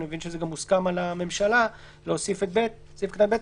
אני מבין שגם הממשלה מסכימה להוסיף את סעיף קטן (ב).